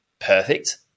perfect